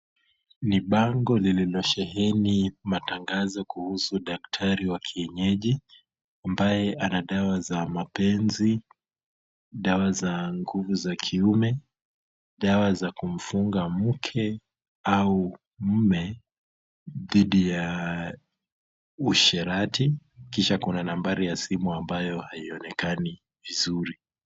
Ni bango lililosheheni matangazo kuhusu daktari wa kienyeji ambaye ana dawa za mapenzi, dawa za nguvu za kiume, dawa za kumfunga mke au mume dhidi ya usherati, kisha kuna nambari ya simu ambayo haionekani vizuri.